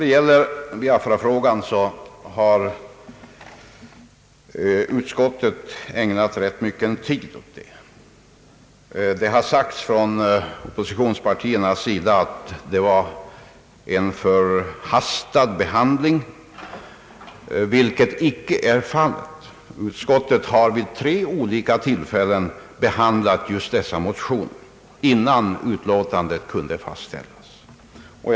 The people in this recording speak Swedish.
Vad gäller Biafrafrågan har utskottet ägnat ganska mycket tid åt denna. Oppositionspartierna har sagt att det var en förhastad behandling, vilket icke är fallet. Utskottet har vid tre olika tillfällen behandlat just dessa motioner, innan utlåtandet kunde fastställas.